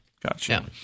Gotcha